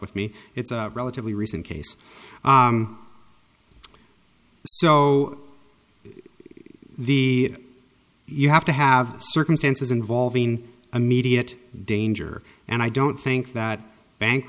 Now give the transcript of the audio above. with me it's a relatively recent case so the you have to have circumstances involving immediate danger and i don't think that bank